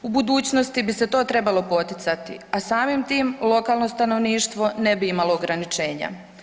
U budućnosti bi se to trebalo poticati, a samim tim lokalno stanovništvo ne bi imalo ograničenja.